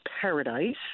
Paradise